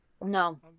No